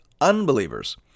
unbelievers